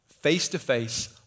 Face-to-face